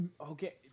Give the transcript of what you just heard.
okay